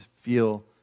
feel